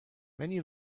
many